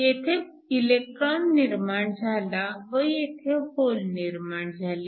येथे इलेक्ट्रॉन निर्माण झाला व येथे होल निर्माण झाले